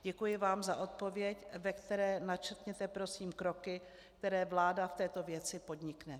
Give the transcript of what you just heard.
Děkuji vám za odpověď, ve které načrtnete, prosím, kroky, které vláda v této věci podnikne.